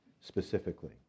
specifically